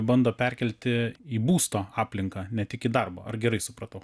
bando perkelti į būsto aplinką ne tik į darbo ar gerai supratau